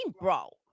bro